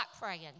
praying